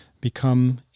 become